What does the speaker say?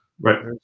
Right